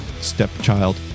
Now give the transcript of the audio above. stepchild